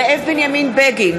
זאב בנימין בגין,